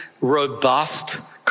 robust